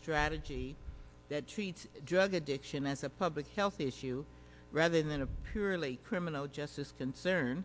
strategy that treats drug addiction as a public health issue rather than a purely criminal justice concern